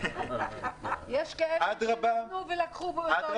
יש כאלה שנתנו ולקחו באותו יום.